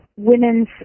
Women's